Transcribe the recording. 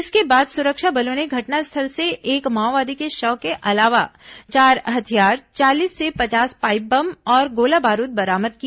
इसके बाद सुरक्षा बलों ने घटनास्थल से एक माओवादी के शव के अलावा चार हथियार चालीस से पचास पाईप बम और गोला बारूद बरामद किया